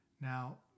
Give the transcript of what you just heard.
Now